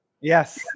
Yes